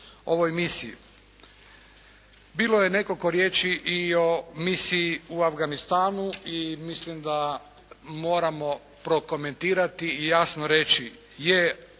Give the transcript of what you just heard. ovoj misiji. Bilo je nekoliko riječi i o misiji u Afganistanu i mislim da moramo prokomentirati i jasno reći – je Misija